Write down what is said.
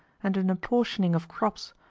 and an apportioning of crops,